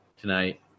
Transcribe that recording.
tonight